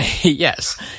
yes